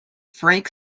frank